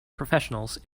professionals